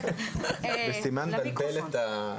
שלום.